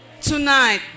Tonight